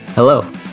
Hello